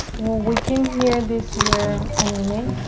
well, we came here this year in may,